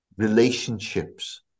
relationships